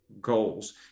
goals